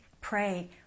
pray